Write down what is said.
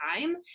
time